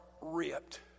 ripped